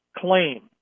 claim